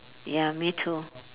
ya me too